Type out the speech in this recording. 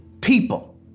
people